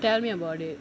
tell me about it